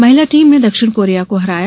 महिला टीम ने दक्षिण कोरिया को हराया